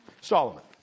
Solomon